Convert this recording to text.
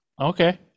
Okay